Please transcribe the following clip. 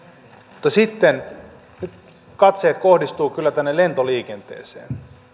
mutta sitten katseet kohdistuvat kyllä tänne lentoliikenteeseen